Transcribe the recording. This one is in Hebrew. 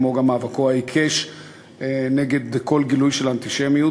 כמו גם מאבקו העיקש נגד כל גילוי של אנטישמיות.